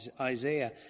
Isaiah